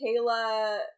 Kayla